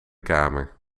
kamer